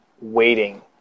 waiting